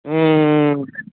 ம் ம்